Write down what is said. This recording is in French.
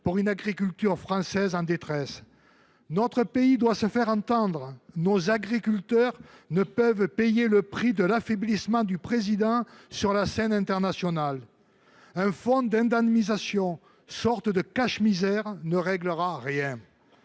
pour une agriculture française en détresse. Notre pays doit se faire entendre. Nos agriculteurs ne peuvent payer le prix de l’affaiblissement du Président de la République sur la scène internationale ! Un fonds d’indemnisation, sorte de cache misère, ne réglera rien.